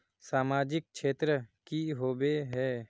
सामाजिक क्षेत्र की होबे है?